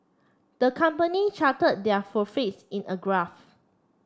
the company charted their profits in a graph